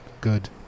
Good